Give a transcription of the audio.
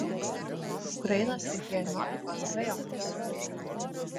ukrainos rinkėjų nuotaikos dvejopos